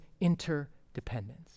interdependence